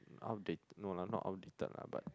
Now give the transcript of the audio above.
how they no lah not outdated lah but